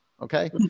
Okay